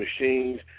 machines